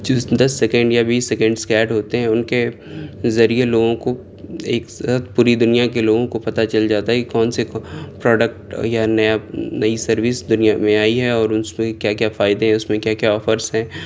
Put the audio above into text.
جو دس سیکنڈ یا یا بیس سیکنڈس کے ایڈ ہوتے ہیں ان کے ذریعے لوگوں کو ایک ساتھ پوری دنیا کے لوگوں کو پتہ چل جاتا ہے کہ کون سے پروڈکٹ یا نیا نئی سروس دنیا میں آئی ہے اور اس پہ کیا کیا فائدے ہیں اس میں کیا آفرس ہیں